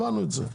הבנו את זה,